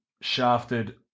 shafted